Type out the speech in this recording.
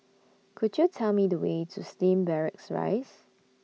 Could YOU Tell Me The Way to Slim Barracks Rise